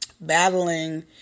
battling